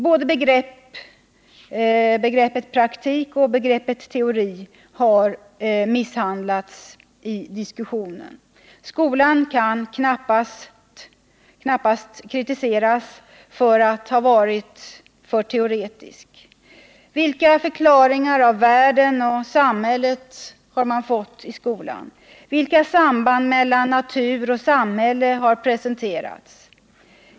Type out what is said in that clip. Både begreppet praktik och begreppet teori har misshandlats i diskussionen. Skolan kan knappast kritiseras för att den varit för teoretisk. Vilka förklaringar av världen och samhället har givits i skolan? Vilka samband mellan natur och samhälle har presenterats?